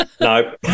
No